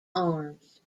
arms